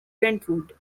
brentwood